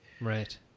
Right